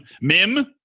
mim